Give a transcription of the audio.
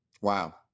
Wow